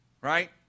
Right